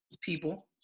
people